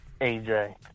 AJ